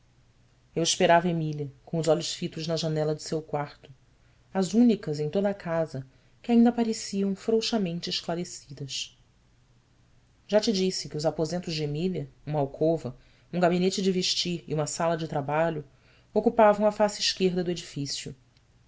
eu esperava emília com os olhos fitos na janela de seu quarto as únicas em toda a casa que ainda apareciam frouxamente esclarecidas já te disse que os aposentos de emília uma alcova um gabinete de vestir e uma sala de trabalho ocupavam a face esquerda do edifício